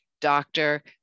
Doctor